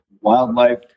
wildlife